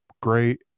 great